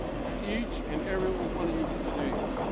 and to each and every one of you here today,